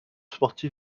sportif